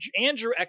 andrew